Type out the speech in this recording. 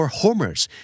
homers